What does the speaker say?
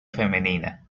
femenina